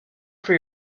for